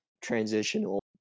transitional